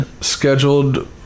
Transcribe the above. scheduled